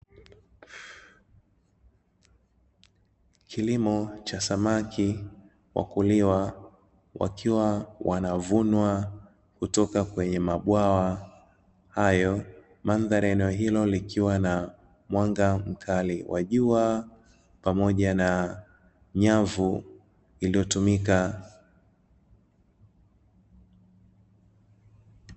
Kilimo cha samaki wa kuliwa wakiwa wanavunwa kutoka kwenye mabwawa hayo, mandhari ya eneo hilo likiwa na mwanga mkali wa jua pamoja na nyavu iliyotumika.